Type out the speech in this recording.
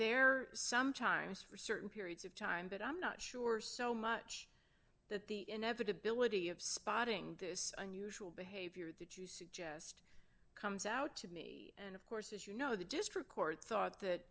there sometimes for certain periods of time but i'm not sure so much that the inevitability of spotting this unusual behavior that you suggest comes out to me and of course as you know the district court thought that